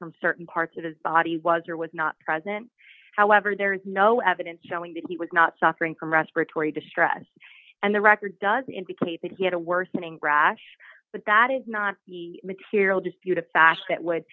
from certain parts of his body was or was not present however there is no evidence showing that he was not suffering from respiratory distress and the record does indicate that he had a worsening rash but that is not the material disputed fact that would